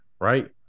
right